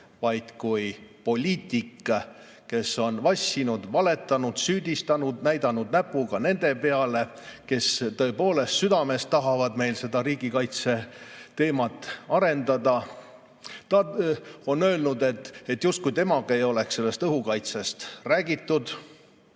vaid kui poliitik, kes on vassinud, valetanud, süüdistanud, näidanud näpuga nende peale, kes tõepoolest südamest tahavad seda riigikaitseteemat arendada. Ta on öelnud, et justkui temaga ei oleks sellest õhukaitsest räägitud.